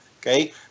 okay